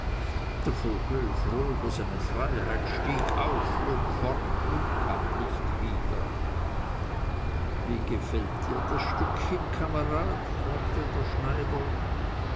der vogel froh über seine freiheit stieg auf flog fort und kam nicht wieder wie gefällt dir das stückchen kamerad fragte der schneider